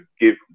give